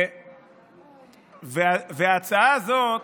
ההצעה הזאת,